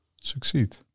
succeed